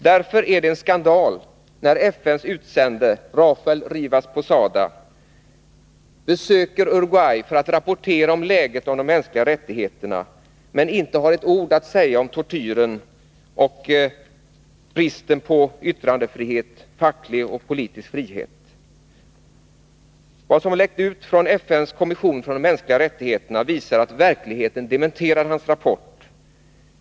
Därför är det en skandal när FN:s utsände Raphael Rivas Possada efter besök i Uruguay rapporterar om läget när det gäller de mänskliga rättigheterna och inte har ett ord att säga om tortyren eller bristen på yttrandefrihet och facklig och politisk frihet. Vad som läckt ut från FN:s kommission för de mänskliga rättigheterna visar att verkligheten dementerar hans rapport.